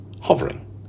hovering